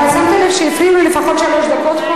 אבל שמת לב שהפריעו לי לפחות שלוש דקות?